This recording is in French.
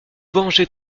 vengez